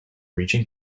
reaching